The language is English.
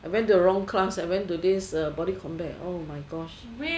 I went to the wrong class I went to this uh body combat oh my gosh